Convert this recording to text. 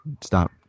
stop